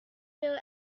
will